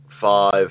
five